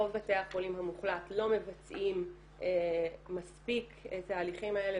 רוב בתי החולים המוחלט לא מבצעים מספיק את ההליכים האלה